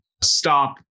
stop